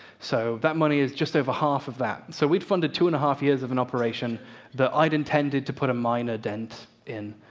so that money is just over half of that. so we funded two and a half years of an operation that i'd intended to put a minor dent in.